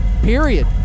Period